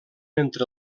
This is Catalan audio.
entre